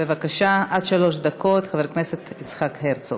בבקשה, עד שלוש דקות, חבר הכנסת יצחק הרצוג.